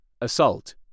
assault